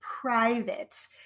private